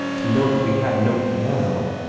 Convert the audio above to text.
to know that we had no piano.